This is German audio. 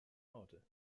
orte